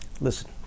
Listen